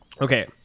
Okay